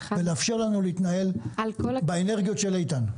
ולאפשר לנו להתנהל באנרגיות של איתן.